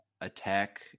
attack